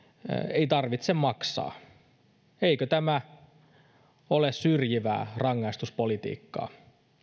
ei tarvitse maksaa eikö tämä ole syrjivää rangaistuspolitiikkaa